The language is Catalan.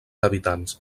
habitants